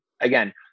again